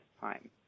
time